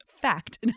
Fact